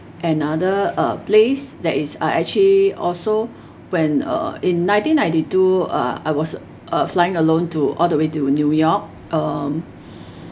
another uh place that is I actually also when uh in nineteen ninety two uh I was uh flying alone to all the way to new york um